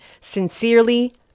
Sincerely